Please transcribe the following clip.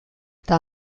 eta